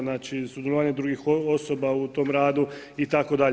Znači, sudjelovanje drugih osoba u tom radu itd.